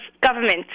government